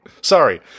Sorry